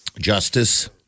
Justice